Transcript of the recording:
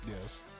Yes